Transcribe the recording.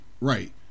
right